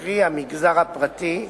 קרי, המגזר הפרטי,